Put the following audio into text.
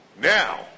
Now